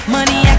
Money